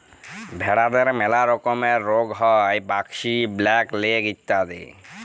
ভেরাদের ম্যালা রকমের রুগ হ্যয় ব্র্যাক্সি, ব্ল্যাক লেগ ইত্যাদি